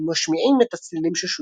ומשמיעים את הצלילים ששודרו.